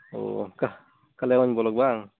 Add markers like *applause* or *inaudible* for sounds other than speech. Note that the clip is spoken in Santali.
ᱚ *unintelligible* ᱵᱞᱚᱠ ᱵᱟᱝ